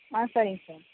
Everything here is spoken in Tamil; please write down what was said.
ஆ சரிங்க சார்